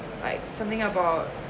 like something about